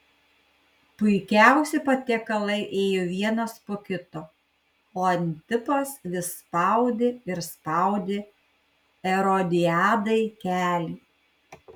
puikiausi patiekalai ėjo vienas po kito o antipas vis spaudė ir spaudė erodiadai kelį